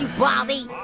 baldi!